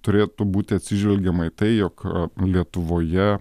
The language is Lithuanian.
turėtų būti atsižvelgiama į tai jog lietuvoje